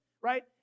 right